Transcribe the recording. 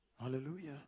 Hallelujah